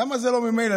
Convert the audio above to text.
למה זה לא ממילא?